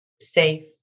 safe